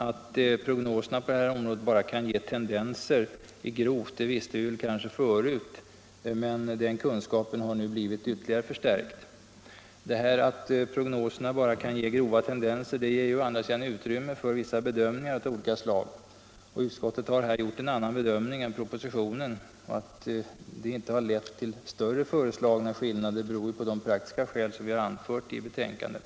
Att prognoserna på detta område bara mycket grovt visar tendenserna visste vi väl kanske förut, och den kunskapen har nu blivit ytterligare förstärkt. Men detta att prognoserna bara anger tendenserna i grova drag ger å andra sidan utrymme för bedömningar av olika slag. Utskottet har nu gjort en annan bedömning än regeringen, och att detta inte har lett till större skillnader än fallet är beror på de praktiska skäl som vi har anfört i betänkandet.